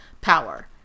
power